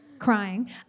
crying